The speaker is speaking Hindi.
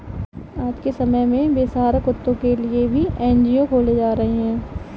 आज के समय में बेसहारा कुत्तों के लिए भी एन.जी.ओ खोले जा रहे हैं